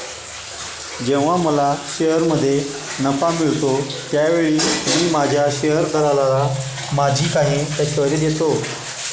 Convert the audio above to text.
जेव्हा मला शेअरमध्ये नफा मिळतो त्यावेळी मी माझ्या शेअर दलालाला माझी काही टक्केवारी देतो